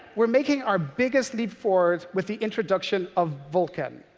we're making our biggest leap forward with the introduction of vulkan.